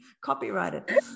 Copyrighted